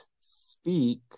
speak